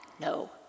no